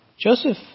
Joseph